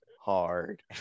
hard